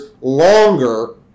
longer